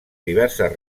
diverses